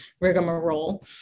rigmarole